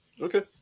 Okay